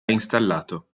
installato